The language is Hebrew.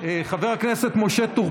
מתנצל, חבר הכנסת משה טור